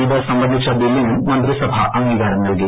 ഇത് സംബന്ധിച്ച ബില്ലിനും മന്ത്രിസഭ അംഗീകാരം നൽകി